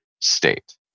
state